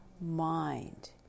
mind